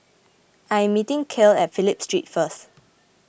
I am meeting Kale at Phillip Street first